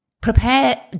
prepare